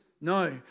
No